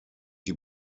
die